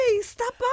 stop